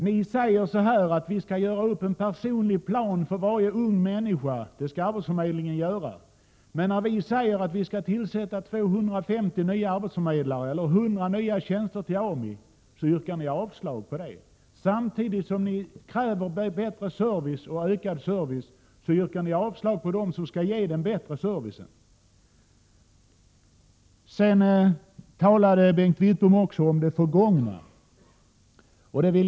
Ni säger att arbetsförmedlingen skall göra upp en personlig plan för varje ung människa, men när vi säger att det skall tillsättas 250 nya arbetsförmedlare eller 100 nya tjänster i AMI yrkar ni avslag. Samtidigt som ni kräver bättre service yrkar ni avslag på förslaget om fler tjänster för att ge denna service. Sedan talade Bengt Wittbom om det förgångna.